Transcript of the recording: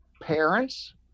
parents